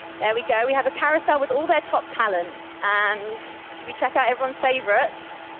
there we go. we have a carousel with all their top talent and should we check out everyone's favorite?